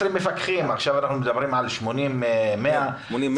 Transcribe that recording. עכשיו אנחנו מדברים על 80 100 מפקחים.